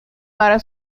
para